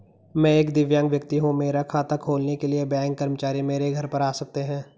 मैं एक दिव्यांग व्यक्ति हूँ मेरा खाता खोलने के लिए बैंक कर्मचारी मेरे घर पर आ सकते हैं?